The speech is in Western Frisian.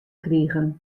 krigen